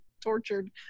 tortured